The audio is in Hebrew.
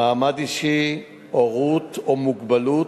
מעמד אישי, הורות או מוגבלות,